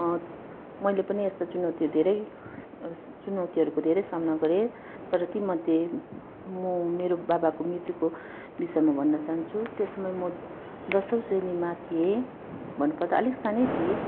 मैले पनि यस्तो चुनौतीहरू धेरै चुनौतीहरूको धेरै सामना गरेँ तर तीमध्ये म मेरो बाबाको मृत्युको विषयमा भन्न चाहन्छु त्यसमा म दसौँ श्रेणीमा थिएँ भन्नुपर्दा अलिक सानै थिएँ